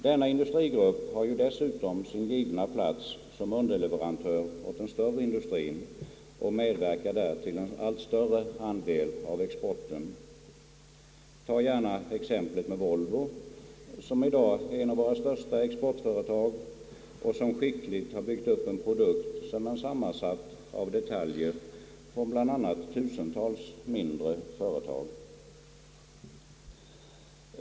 Denna industrigrupp har dessutom sin givna plats som underleverantör åt den större industrien och medverkar där till en allt större andel av exporten. Tag gärna exemplet Volvo, som i dag är ett av våra största exportföretag och som skickligt byggt upp en produkt, som bl.a. är sammansatt av detaljer från tusentals mindre företag.